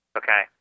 okay